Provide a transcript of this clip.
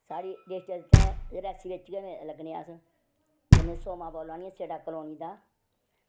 ते साढ़ी डिस्ट्रिक्ट रियासी बिच गै लग्गने अस ते में सोमा बोल्ला नी आं सीढ़ा कलोनी दा